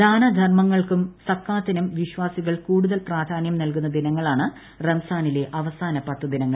ദാനധർമ്മങ്ങൾക്കും സക്കാത്തിനും വിശ്വാസികൾ കൂടുതൽ പ്രാധാന്യം നൽകുന്ന ദിനങ്ങളാണ് റംസാനിലെ അവസാന പത്തുദിനങ്ങൾ